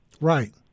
Right